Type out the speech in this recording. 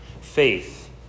faith